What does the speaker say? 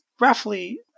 roughly